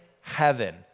heaven